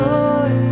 Lord